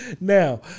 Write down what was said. Now